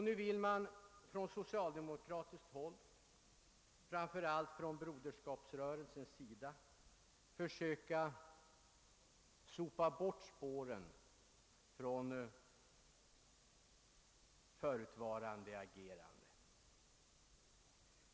Nu vill man från socialdemokratiskt håll — framför allt från Broderskapsrörelsens sida — försöka sopa bort spåren av sitt tidigare agerande.